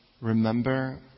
remember